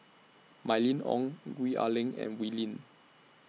Mylene Ong Gwee Ah Leng and Wee Lin